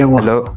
Hello